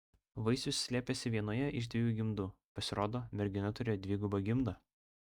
vaisius slėpėsi vienoje iš dviejų gimdų pasirodo mergina turėjo dvigubą gimdą